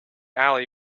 alley